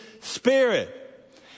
Spirit